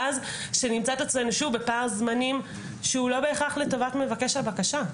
ואז שנמצא את עצמנו שוב בפער זמנים שהוא לא בהכרח לטובת מבקש הבקשה.